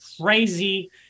crazy